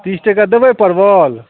तिस टके देबै परवल